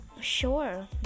sure